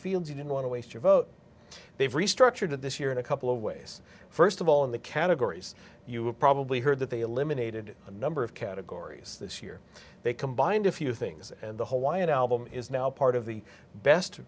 fields you didn't want to waste your vote they've restructured it this year in a couple of ways first of all in the categories you have probably heard that they eliminated a number of categories this year they combined a few things and the whole why it album is now part of the best